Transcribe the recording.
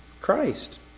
Christ